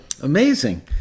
Amazing